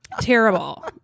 Terrible